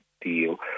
deal